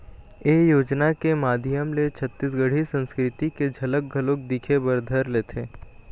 ए योजना के माधियम ले छत्तीसगढ़ी संस्कृति के झलक घलोक दिखे बर धर लेथे